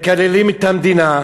מקללים את המדינה,